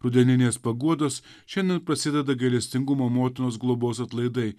rudeninės paguodos šiandien prasideda gailestingumo motinos globos atlaidai